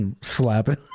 Slapping